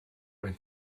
man